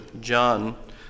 John